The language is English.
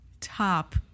top